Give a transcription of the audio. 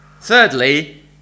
Thirdly